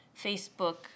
Facebook